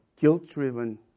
guilt-driven